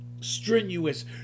Strenuous